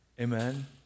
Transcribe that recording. Amen